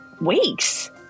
weeks